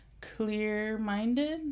clear-minded